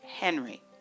Henry